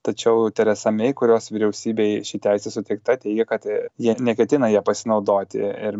tačiau teresa mey kurios vyriausybei ši teisė suteikta teigia kad jie neketina ja pasinaudoti ir